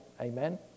amen